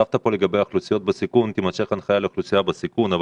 כתבת פה לגבי האוכלוסיות בסיכון שתימשך ההנחיה לאוכלוסייה בסיכון,